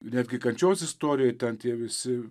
netgi kančios istorijoj ten tie visi